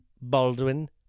Baldwin